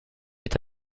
est